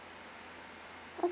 o~